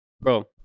Bro